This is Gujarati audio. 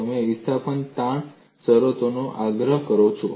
તમે વિસ્થાપન તાણ શરતોનો આગ્રહ કરો છો